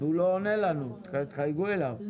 הוא לא עונה לנו, חייגו אליו.